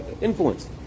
influence